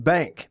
Bank